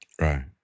Right